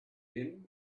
been